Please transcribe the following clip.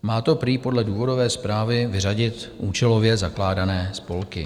Má to prý podle důvodové zprávy vyřadit účelově zakládané spolky.